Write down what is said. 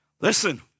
Listen